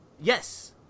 yes